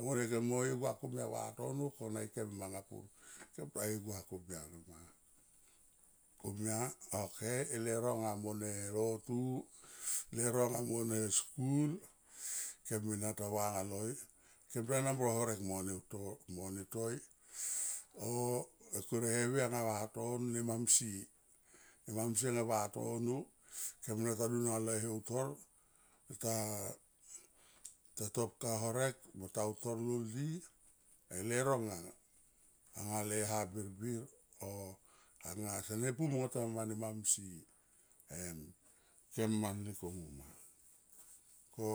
kemo e gua komia vatono kona ikem manga pur kem taye gua komia nama. Komia ok e leuro anga mone lotu, leuro nga mo ne skul kemi ena ta va nga loi kem ta namro horek mone toi o kure e heu aunia vatono nemamsie, ne mamsie anga vatono kem ena ta dun ale heutor ta to pka horek ta utor lol di e leuronga anga le ha birbir o anga sene pu mu tema ne mamsie em kem mani komu ma ko.